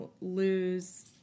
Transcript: lose